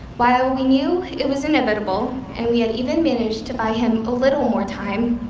while we knew it was inevitable and we had even managed to buy him a little more time,